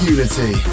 Unity